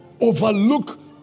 overlook